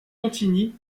montigny